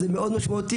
זה מאוד משמעותי.